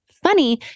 funny